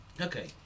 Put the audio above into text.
okay